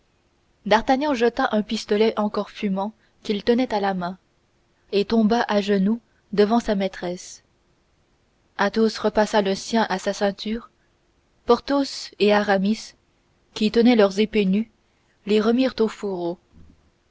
d'artagnan jeta un pistolet encore fumant qu'il tenait à la main et tomba à genoux devant sa maîtresse athos repassa le sien à sa ceinture porthos et aramis qui tenaient leurs épées nues les remirent au fourreau